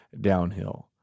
downhill